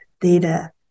data